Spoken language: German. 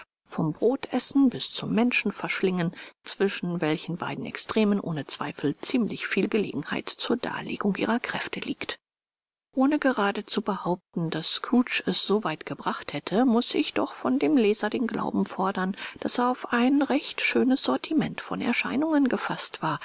vom brotessen bis zum menschenverschlingen zwischen welchen beiden extremen ohne zweifel ziemlich viel gelegenheit zur darlegung ihrer kräfte liegt ohne gerade zu behaupten daß scrooge es so weit gebracht hätte muß ich doch von dem leser den glauben fordern daß er auf ein recht schönes sortiment von erscheinungen gefaßt war